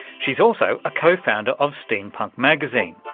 she's also a co-founder of steampunk magazine,